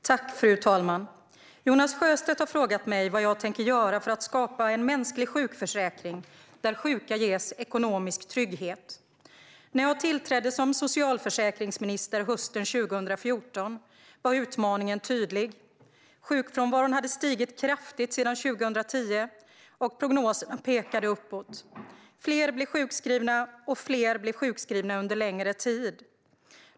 Svar på interpellationer Fru talman! Jonas Sjöstedt har frågat mig vad jag tänker göra för att skapa en mänsklig sjukförsäkring där sjuka ges ekonomisk trygghet. När jag tillträdde som socialförsäkringsminister hösten 2014 var utmaningen tydlig. Sjukfrånvaron hade stigit kraftigt sedan 2010, och prognoserna pekade uppåt. Fler blev sjukskrivna, och fler blev sjukskrivna under längre tid.